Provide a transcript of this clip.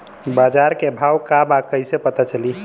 बाजार के भाव का बा कईसे पता चली?